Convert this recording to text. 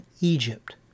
Egypt